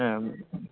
ꯑꯥ